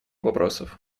вопросов